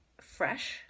fresh